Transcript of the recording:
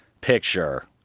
picture